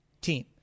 team